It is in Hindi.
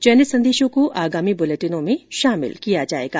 चयनित संदेशों को आगामी बुलेटिनों में शामिल किया जाएगा